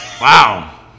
Wow